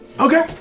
Okay